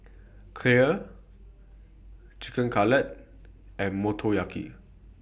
Kheer Chicken Cutlet and Motoyaki